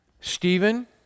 Stephen